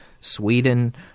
Sweden